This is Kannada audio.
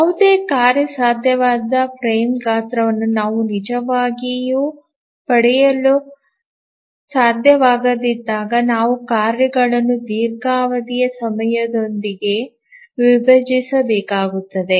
ಯಾವುದೇ ಕಾರ್ಯಸಾಧ್ಯವಾದ ಫ್ರೇಮ್ ಗಾತ್ರವನ್ನು ನಾವು ನಿಜವಾಗಿಯೂ ಪಡೆಯಲು ಸಾಧ್ಯವಾಗದಿದ್ದಾಗ ನಾವು ಕಾರ್ಯಗಳನ್ನು ದೀರ್ಘಾವಧಿಯ ಸಮಯದೊಂದಿಗೆ ವಿಭಜಿಸಬೇಕಾಗುತ್ತದೆ